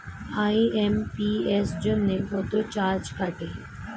IMPS জন্য কত charge কাটে?